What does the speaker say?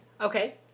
Okay